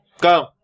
Go